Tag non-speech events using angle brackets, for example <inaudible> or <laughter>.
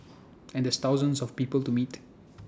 <noise> and there's thousands of people to meet